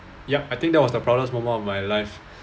yup I think that was the proudest moment of my life